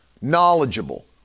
knowledgeable